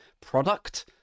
product